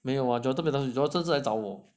没有啊 jonathan 每次来找我